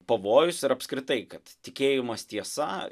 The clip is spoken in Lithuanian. pavojus ir apskritai kad tikėjimas tiesa